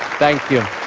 thank you.